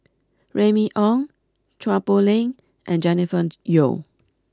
Remy Ong Chua Poh Leng and Jennifer Yeo